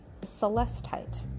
celestite